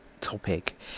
topic